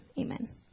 Amen